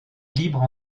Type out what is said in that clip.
libre